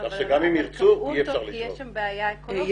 כך שגם אם ירצו אי אפשר